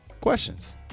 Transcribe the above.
questions